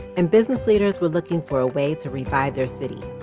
and business leaders were looking for a way to revive their city.